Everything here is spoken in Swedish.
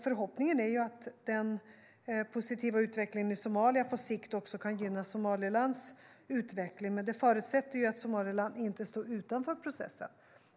Förhoppningen är att den positiva utvecklingen i Somalia på sikt också kan gynna Somalilands utveckling, men detta förutsätter att Somaliland inte står utanför processen.